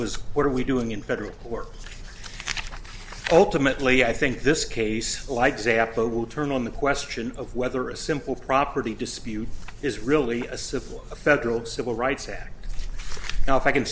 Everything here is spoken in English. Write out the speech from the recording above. was what are we doing in federal court ultimately i think this case like zappo will turn on the question of whether a simple property dispute is really a civil a federal civil rights act now if i can